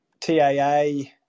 TAA